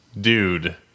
Dude